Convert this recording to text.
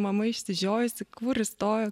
mama išsižiojusi kur įstojo